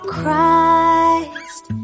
Christ